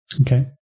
Okay